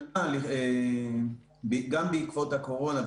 גם בעקבות הקורונה,